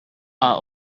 are